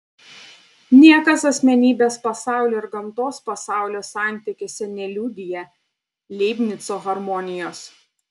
niekas asmenybės pasaulio ir gamtos pasaulio santykiuose neliudija leibnico harmonijos